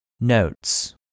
Notes